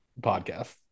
podcast